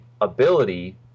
ability